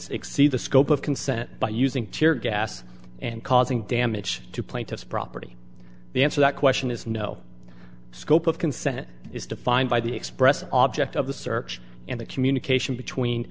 exceed the scope of consent by using tear gas and causing damage to plaintiff's property the answer that question is no scope of consent is defined by the express object of the search and the communication between